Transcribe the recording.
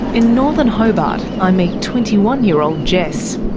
in northern hobart, i meet twenty one year old jess.